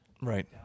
Right